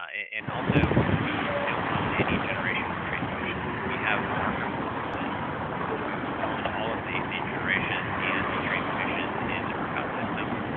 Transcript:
and also, we don't own any generation or transmission. we have market participants who own all of the the generation and the transmission in the ercot system,